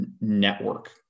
network